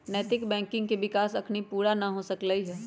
नैतिक बैंकिंग के विकास अखनी पुरा न हो सकलइ ह